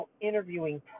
interviewing